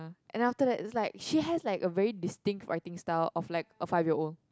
ya and then after that is like she has like a very distinct writing style of like of five year old